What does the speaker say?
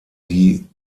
die